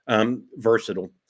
versatile